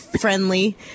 friendly